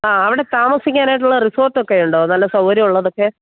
ആ അവിടെ താമസിക്കാനായിട്ടുള്ള റിസോട്ടൊക്കെ ഉണ്ടോ നല്ല സൗകര്യമുള്ളതൊക്കെ